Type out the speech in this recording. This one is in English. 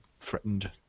threatened